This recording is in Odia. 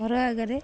ଘର ଆାଗରେ